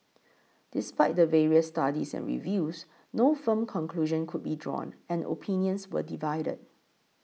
despite the various studies and reviews no firm conclusion could be drawn and opinions were divided